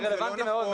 זה רלוונטי מאוד,